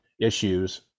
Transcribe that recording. issues